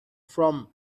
from